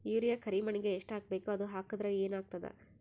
Urea ಕರಿಮಣ್ಣಿಗೆ ಎಷ್ಟ್ ಹಾಕ್ಬೇಕ್, ಅದು ಹಾಕದ್ರ ಏನ್ ಆಗ್ತಾದ?